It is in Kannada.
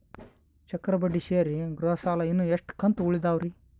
ಚಕ್ರ ಬಡ್ಡಿ ಸೇರಿ ಗೃಹ ಸಾಲ ಇನ್ನು ಎಷ್ಟ ಕಂತ ಉಳಿದಾವರಿ?